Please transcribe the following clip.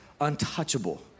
untouchable